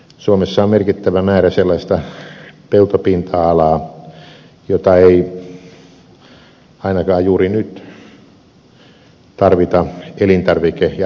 suomessa on merkittävä määrä sellaista peltopinta alaa jota ei ainakaan juuri nyt tarvita elintarvike ja rehuhuollon tarpeisiin